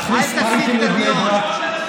נכניס טנקים לבני ברק.